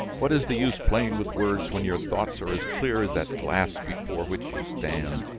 what is the use playing with words when your thoughts are as clear as that glass before which you stand?